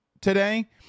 today